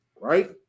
right